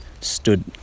stood